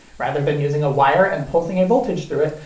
rather than using a wire and pulsing a voltage through it,